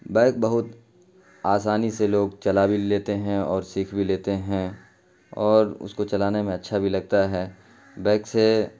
bike بہت آسانی سے لوگ چلا بھی لیتے ہیں اور سیکھ بھی لیتے ہیں اور اس کو چلانے میں اچھا بھی لگتا ہے بائک سے